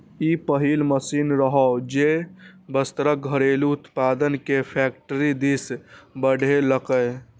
ई पहिल मशीन रहै, जे वस्त्रक घरेलू उत्पादन कें फैक्टरी दिस बढ़ेलकै